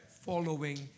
following